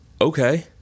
Okay